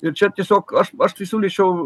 ir čia tiesiog aš aš tai siūlyčiau